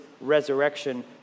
resurrection